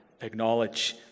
acknowledge